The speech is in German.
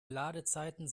ladezeiten